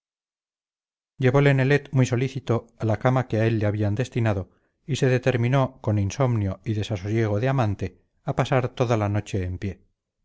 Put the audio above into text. nelet muy solícito a la cama que a él le habían destinado y se determinó con insomnio y desasosiego de amante a pasar toda la noche en pie